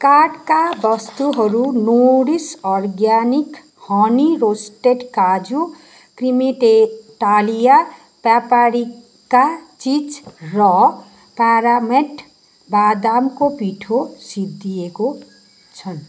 कार्टका वस्तुहरू Nourish organic honey roasted काजु क्रिमिटेटालिया प्यापरिका चिज र प्यारामेट बादामको पिठो सिद्धिएको छन्